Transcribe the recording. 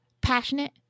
passionate